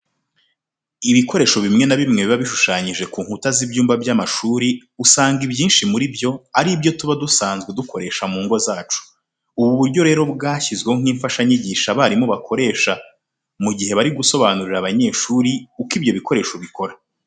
Ibikoresho bimwe na bimwe biba bishushanyije ku nkuta z'ibyumba by'amashuri usanga ibyinshi muri byo ari ibyo tuba dusanzwe dukoresha mu ngo zacu. Ubu buryo rero bwashyizweho nk'imfashanyigisho abarimu bakoresha mu gihe bari gusobanurira abanyeshuri uko ibyo bikoresho bikora.